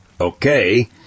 Okay